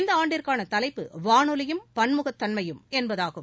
இந்த ஆண்டுக்கான தலைப்பு வானொலியும் பன்முகத்தன்மையும் என்பதாகும்